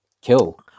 Kill